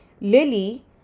Lily